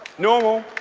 normal.